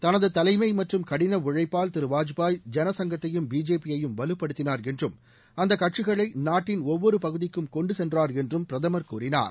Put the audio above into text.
தளது தலைமை மற்றும் கடின உழைப்பால் திரு வாஜ்பாயி ஜன சங்கத்தையும் பிஜேபியையும் வலுப்படுத்தினார் என்றும் அந்த கட்சிகளை நாட்டின் ஒவ்வொரு பகுதிக்கும் கொண்டுசென்றார் என்றும் பிரதமர் கூறினார்